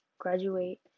graduate